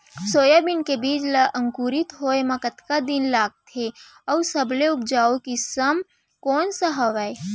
Soybean के बीज ला अंकुरित होय म कतका दिन लगथे, अऊ सबले उपजाऊ किसम कोन सा हवये?